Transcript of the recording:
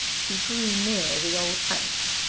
she drew near the old house,